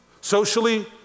socially